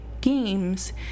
games